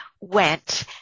went